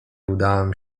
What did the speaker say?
udałam